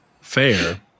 Fair